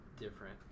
different